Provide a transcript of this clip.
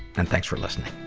and thanks for listening.